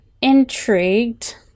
intrigued